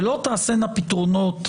ולא תעשנה פתרונות,